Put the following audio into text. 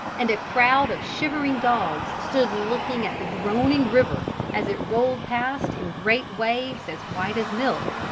and a crowd of shivering dogs stood looking at the groaning river as it rolled past in great waves as white as milk,